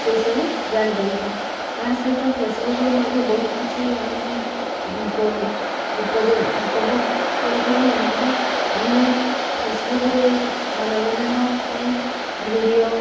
ସେସବୁ ଜାଣିପାରିଥାଉ ଏହା ସହିତ ଫେସବୁକ୍ରୁ ମଧ୍ୟ ବହୁତ କିଛି ଆମେ ଉପଭୋଗ କରିଥାଉ ଯେମିତିକି ଆମେ ଫେସବୁକ୍ରେ ମନୋରଞ୍ଜନ ପାଇଁ ଭିଡ଼ିଓ